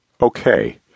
Okay